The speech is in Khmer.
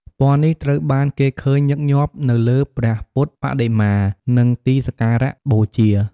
ពណ៌នេះត្រូវបានគេឃើញញឹកញាប់នៅលើព្រះពុទ្ធបដិមា និងទីសក្ការៈបូជា។